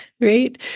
right